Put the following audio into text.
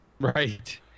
right